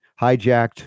Hijacked